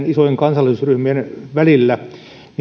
isojen kansallisuusryhmien välillä